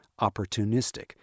opportunistic